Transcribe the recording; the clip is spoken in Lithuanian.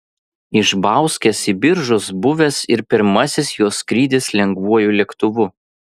iš bauskės į biržus buvęs ir pirmasis jos skrydis lengvuoju lėktuvu